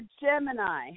Gemini